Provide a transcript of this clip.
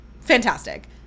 fantastic